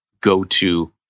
go-to